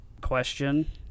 question